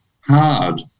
hard